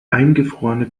eingefrorene